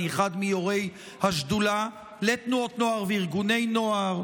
אני אחד מיושבי-ראש השדולה לתנועות נוער וארגוני נוער,